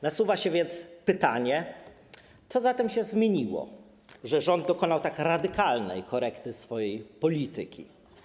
Nasuwa się pytanie: Co zatem się zmieniło, że rząd dokonał tak radykalnej korekty własnej polityki?